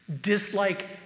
dislike